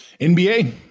NBA